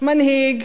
מנהיג